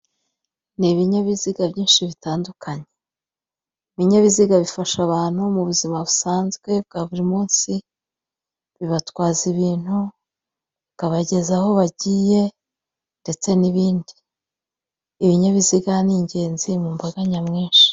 Ni ibinyabiziga byinshi bitandukanye, ibinyabiziga bifasha abantu mu buzima busanzwe bwa buri munsi, bibatwaza ibintu bikabageza aho bagiye ndetse n'ibindi. Ibinyabiziga ni ingenzi mu mbaga nyamwinshi.